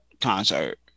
concert